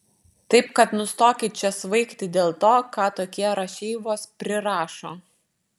taip kad nustokit čia svaigti dėl to ką tokie rašeivos prirašo